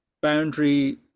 boundary